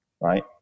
right